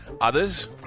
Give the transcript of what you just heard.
others